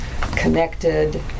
connected